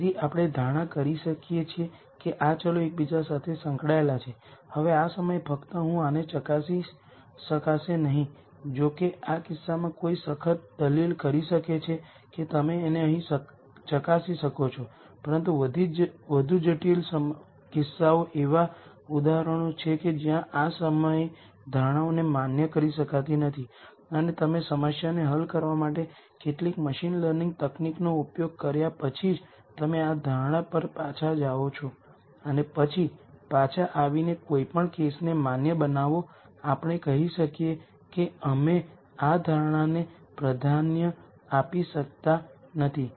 તેથી આપણે ધારણા કરી શકીએ કે આ વેરીએબલ્સ એકબીજા સાથે સંકળાયેલા છે હવે આ સમયે ફક્ત હું આને ચકાસી શકશે નહીં જોકે આ કિસ્સામાં કોઈ સખત દલીલ કરી શકે છે કે તમે તેને અહીં ચકાસી શકો છો પરંતુ વધુ જટિલ કિસ્સાઓ એવા ઉદાહરણો છે કે જ્યાં આ સમયે ધારણાઓને માન્ય કરી શકાતી નથી અને તમે સમસ્યાને હલ કરવા માટે કેટલીક મશીન લર્નિંગ તકનીકનો ઉપયોગ કર્યા પછી જ તમે આ ધારણા પર પાછા જાઓ છો અને પછી પાછા આવીને કોઈ પણ કેસને માન્ય બનાવો આપણે કહી શકીએ કે અમે આ ધારણાને પ્રાધાન્ય આપી શકતા નથી